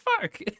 fuck